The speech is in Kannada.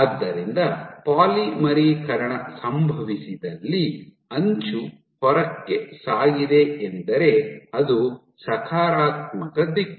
ಆದ್ದರಿಂದ ಪಾಲಿಮರೀಕರಣ ಸಂಭವಿಸಿದಲ್ಲಿ ಅಂಚು ಹೊರಕ್ಕೆ ಸಾಗಿದೆ ಎಂದರೆ ಅದು ಸಕಾರಾತ್ಮಕ ದಿಕ್ಕು